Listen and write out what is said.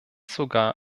sogar